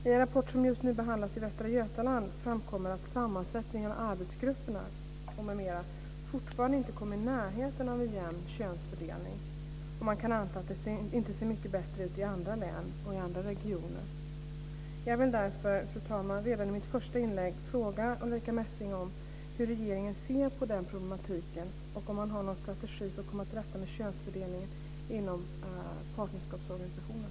I en rapport som just nu behandlas i Västra Götaland framkommer att sammansättningen av arbetsgrupperna m.m. fortfarande inte kommer i närheten av en jämn könsfördelning, och man kan anta att det inte ser mycket bättre ut i andra län och regioner. Jag vill därför, fru talman, redan i mitt fösta inlägg fråga Ulrica Messing om hur regeringen ser på den problematiken och om man har någon strategi för att komma till rätta med könsfördelningen inom partnerskapsorganisationen.